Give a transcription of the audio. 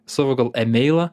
savo gal emeilą